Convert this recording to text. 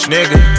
Nigga